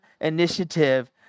initiative